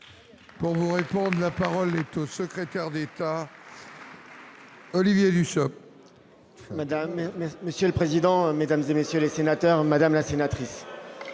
Bon vous répondent : la parole est au secrétaire d'État. Olivier Dussopt. Madame, monsieur le président, Mesdames et messieurs les sénateurs, Madame la sénatrice,